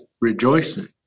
rejoicing